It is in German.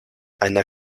einer